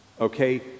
Okay